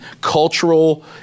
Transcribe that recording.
cultural